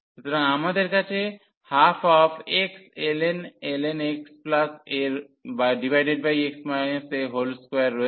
সুতরাং আমাদের কাছে 12xln xa x a2 রয়েছে